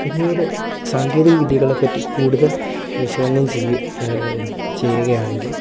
പിന്നീട് സാങ്കേതിക വിദ്യകളെ പറ്റി കൂടുതൽ വിശകലനം ചെയ്യുക ചെയ്യുക ആണെങ്കിൽ